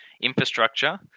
infrastructure